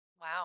Wow